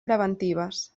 preventives